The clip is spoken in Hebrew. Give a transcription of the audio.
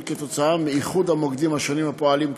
כתוצאה מאיחוד המוקדים השונים הפועלים כיום,